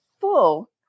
full